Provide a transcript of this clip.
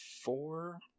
four